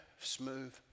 smooth